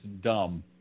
dumb